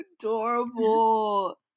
adorable